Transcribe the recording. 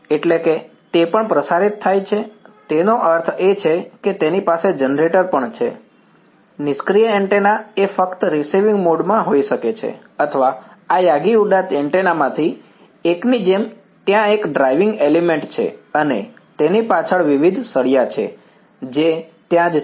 એટલે કે તે પણ પ્રસારિત થાય છે તેનો અર્થ એ કે તેની પાસે જનરેટર પણ છે નિષ્ક્રિય એન્ટેના એ ફક્ત રીસીવિંગ મોડ માં હોઈ શકે છે અથવા આ યાગી ઉડા એન્ટેના માંથી એકની જેમ ત્યાં એક ડ્રાઇવિંગ એલિમેન્ટ છે અને તેની પાછળ વિવિધ સળિયા છે જે ત્યાં જ છે